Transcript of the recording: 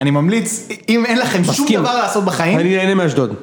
אני ממליץ, אם אין לכם שום דבר לעשות בחיים... אני אהנה מאשדוד.